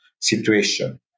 situation